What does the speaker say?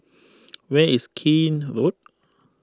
where is Keene Road